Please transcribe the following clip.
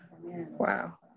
Wow